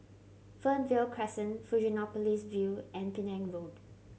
Fernvale Crescent Fusionopolis View and Penang Road